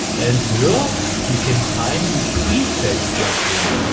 and here we can find the prefetch plugin.